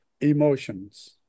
emotions